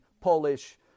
Polish